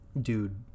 dude